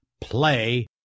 play